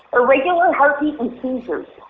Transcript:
irregular heartbeat and seizures.